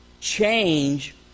change